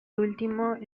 último